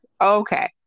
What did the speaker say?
okay